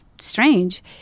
strange